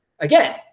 again